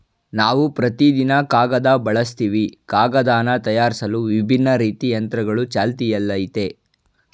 ನಾವು ಪ್ರತಿದಿನ ಕಾಗದ ಬಳಸ್ತಿವಿ ಕಾಗದನ ತಯಾರ್ಸಲು ವಿಭಿನ್ನ ರೀತಿ ಯಂತ್ರಗಳು ಚಾಲ್ತಿಯಲ್ಲಯ್ತೆ